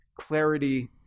clarity